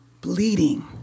bleeding